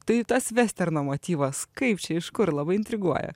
tai tas vesterno motyvas kaip čia iš kur labai intriguoja